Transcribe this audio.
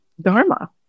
dharma